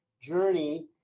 Journey